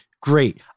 Great